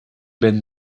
ben